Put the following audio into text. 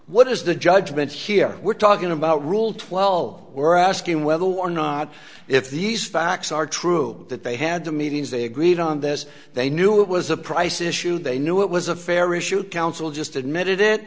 what is the judgement here we're talking about rule twelve we're asking whether or not if these facts are true that they had the meetings they agreed on this they knew it was a price issue they knew it was a fair issue council just admitted it